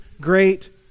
great